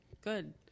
good